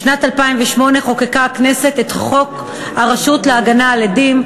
בשנת 2008 חוקקה הכנסת את החוק להגנה על עדים.